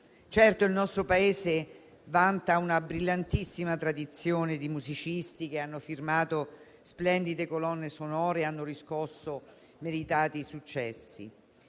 Certo, il nostro Paese vanta una brillantissima tradizione di musicisti che hanno firmato splendide colonne sonore e hanno riscosso meritati successi;